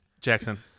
Jackson